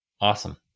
Awesome